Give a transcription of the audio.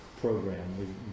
program